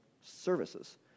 services